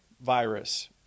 virus